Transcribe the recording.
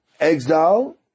exile